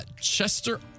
Chester